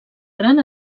gran